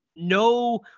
No